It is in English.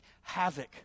havoc